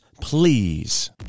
please